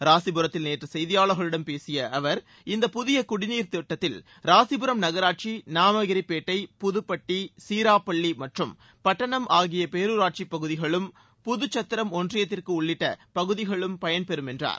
ராசிபுரத்தில் நேற்று செய்தியாளர்களிடம் பேசிய அவர் இந்தப் புதிய குடிநீர் திட்டத்தில் ராசிபுரம் நகராட்சி நாமகிரிப்பேட்டை புதுப்பட்டி சீராப்பள்ளி மற்றும் பட்டணம் ஆகிய பேரூராட்சிப் பகுதிகளும் புதுச்சத்திரம் ஒன்றியத்திற்கு உள்ளிட்ட பகுதிகளும் பயன்பெறும் என்றார்